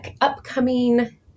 upcoming